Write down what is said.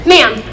Ma'am